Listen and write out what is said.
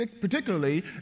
particularly